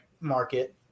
market